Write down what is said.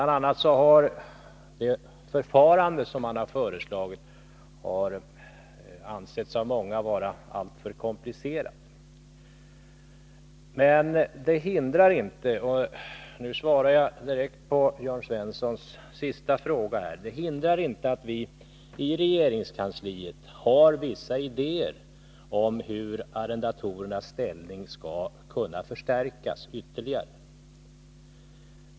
a. har många ansett det förfarande som kommittén har föreslagit vara alltför komplicerat. Men det hindrar inte — nu svarar jag direkt på Jörn Svenssons sista fråga — att vi i regeringskansliet har vissa idéer om hur arrendatorernas ställning skall kunna förstärkas ytterligare.